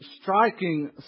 striking